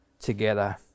together